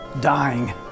dying